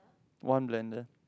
one blender